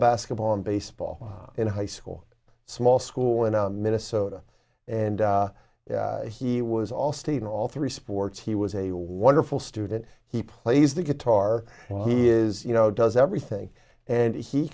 basketball and baseball in high school small school in minnesota and he was all steve in all three sports he was a wonderful student he plays the guitar well he is you know does everything and he